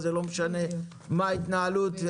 וזה לא משנה מה ההתנהלות,